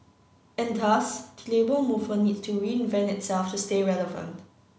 and thus the Labour Movement needs to reinvent itself to stay relevant